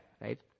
right